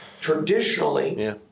Traditionally